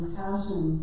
passion